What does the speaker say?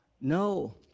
No